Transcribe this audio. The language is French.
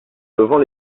levant